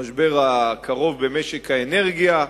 המשבר הקרוב במשק האנרגיה,